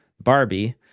barbie